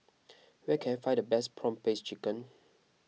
where can I find the best Prawn Paste Chicken